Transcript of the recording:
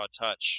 Touch